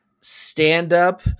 stand-up